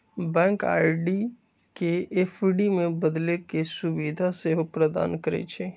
bank RD के FD में बदले के सुभीधा सेहो प्रदान करइ छइ